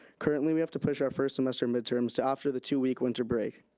currently we have to push our first semester midterms to after the two week winter break.